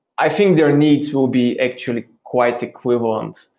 i think their needs will be actually quite equivalent.